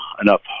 enough